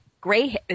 gray